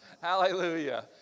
Hallelujah